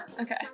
okay